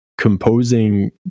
Composing